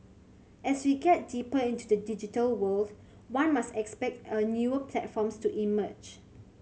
as we get deeper into the digital world one must expect a newer platforms to emerge